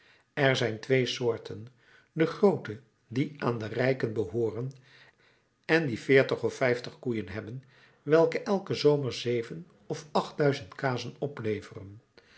er zijn twee soorten de groote die aan de rijken behooren en die veertig of vijftig koeien hebben welke elken zomer zeven of acht duizend kazen opleveren